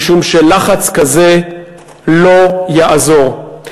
משום שלחץ כזה לא יעזור.